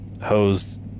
hosed